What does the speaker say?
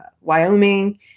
Wyoming